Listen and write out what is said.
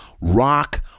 rock